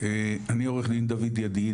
אני עורך דין דויד ידיד,